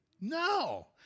No